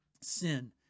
sin